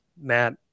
Matt